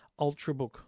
Ultrabook